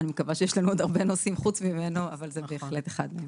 אני מקווה שיש לנו עוד הרבה נושאים חוץ ממנו אבל זה בהחלט אחד מהם.